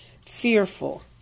Fearful